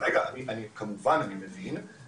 כמובן, אני מבין.